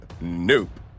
Nope